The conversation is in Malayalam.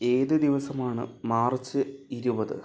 ഏത് ദിവസമാണ് മാർച്ച് ഇരുപത്